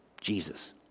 Jesus